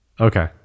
Okay